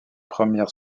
première